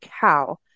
cow